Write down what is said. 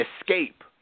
escape